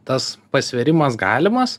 tas pasvėrimas galimas